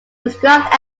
described